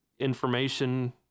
information